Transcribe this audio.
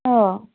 अ